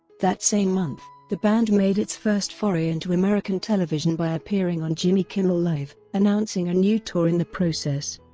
that same month, the band made its first foray into american television by appearing on jimmy kimmel live, announcing a new tour in the process.